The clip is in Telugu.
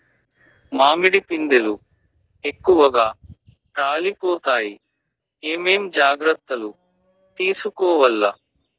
మామిడి పిందెలు ఎక్కువగా రాలిపోతాయి ఏమేం జాగ్రత్తలు తీసుకోవల్ల?